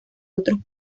otros